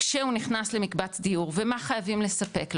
כשהוא נכנס למקבץ דיור ומה חייבים לספק לו,